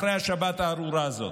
אחרי השבת הארורה הזאת,